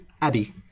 Abby